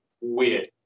weird